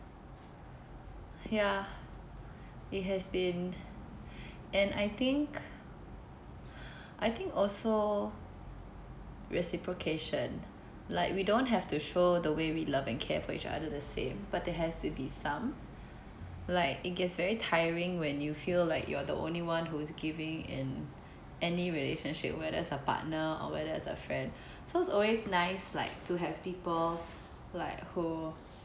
ya it has been and I think I think also reciprocation like we don't have to show the way we love and care for each other the same but there has to be some like it gets very tiring when you feel like you're the only one who is giving in any relationship whether it's a partner or whether it's a friend so it's always nice like to have people like who